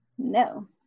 No